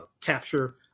capture